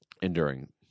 Enduring